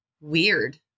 weird